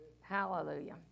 Hallelujah